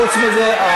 חוץ מזה,